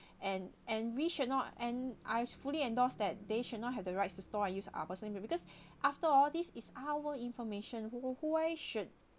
and and we should not and I was fully endorsed that they should not have the rights to store and use our personal info because after all this is our information who who I should